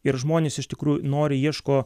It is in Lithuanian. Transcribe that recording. ir žmonės iš tikrųjų nori ieško